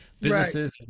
businesses